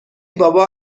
بابا